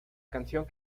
canción